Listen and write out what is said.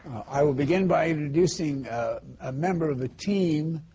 i will begin by introducing a member of a team,